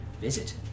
visit